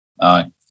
Aye